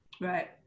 Right